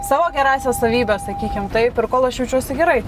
savo gerąsias savybes sakykim taip ir kol aš jaučiuosi gerai